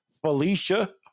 Felicia